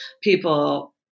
people –